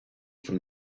from